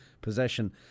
possession